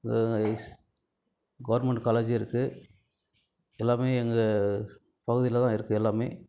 S government காலேஜும் இருக்குது எல்லாமே எங்கள் பகுதியில் தான் இருக்குது எல்லாமே